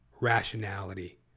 rationality